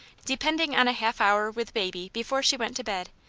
depending on a half-hour with baby before she went to bed,